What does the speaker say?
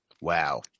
Wow